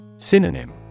Synonym